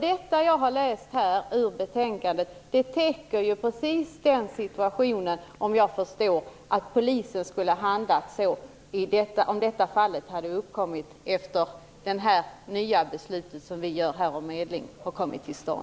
Detta täcker precis den situationen, om det här fallet hade uppkommit efter det nya beslutet om medling som vi här skall fatta.